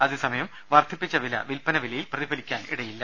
അതേസമയം വർധിപ്പിച്ച വില വിൽപന വിലയിൽ പ്രതിഫലിക്കാനിടയില്ല